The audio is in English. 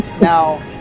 Now